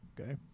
okay